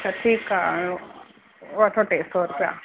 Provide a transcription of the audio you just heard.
त ठीकु आहे वठो टे सौ रुपया